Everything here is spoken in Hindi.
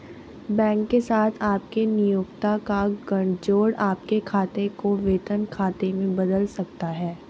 बैंक के साथ आपके नियोक्ता का गठजोड़ आपके खाते को वेतन खाते में बदल सकता है